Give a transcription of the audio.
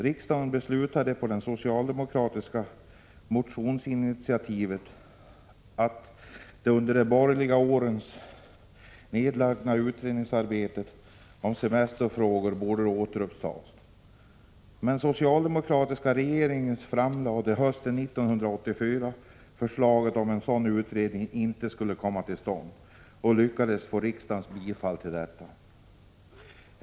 Riksdagen beslutade på ett socialdemokratiskt motionsinitiativ att det under borgarregeringens år nedlagda utredningsarbetet om semesterfrågorna borde återupptas. Men den socialdemokratiska regeringen framlade hösten 1984 förslag att en sådan utredning inte skulle komma till stånd och lyckades få riksdagens bifall för detta.